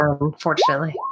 unfortunately